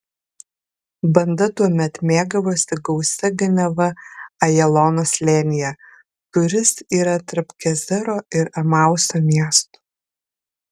banda tuomet mėgavosi gausia ganiava ajalono slėnyje kuris yra tarp gezero ir emauso miestų